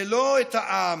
ולא את העם,